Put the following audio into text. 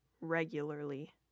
regularly